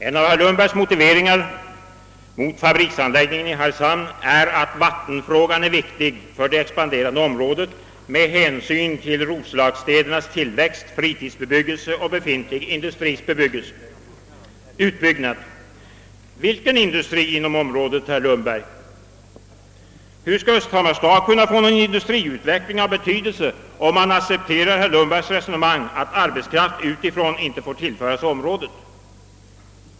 En av herr Lundbergs motiveringar mot fabriksanläggningen i Hargshamn är att vattenfrågan är viktig för det expanderande området med hänsyn till roslagsstädernas tillväxt, fritidsbebyggelse och befintlig industris utbyggnad. Vilken industri inom området, herr Lundberg? Hur skall Östhammars stad kunna få någon industriutveckling av betydelse om man accepterar herr Lundbergs resonemang att arbetskraft utifrån inte får tillföras området?